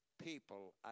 people